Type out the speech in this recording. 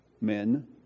men